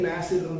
acid